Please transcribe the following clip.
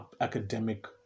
academic